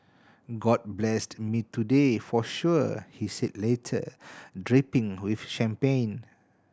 god blessed me today for sure he said later dripping with champagne